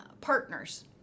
partners